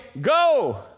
go